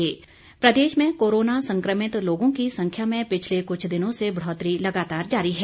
corona update प्रदेश में corona संक्रमित लोगों की संख्या में पिछले कुछ दिनों से बढ़ौतरी लगातार जारी है